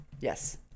Yes